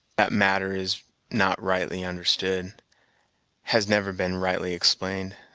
that matter is not rightly understood has never been rightly explained,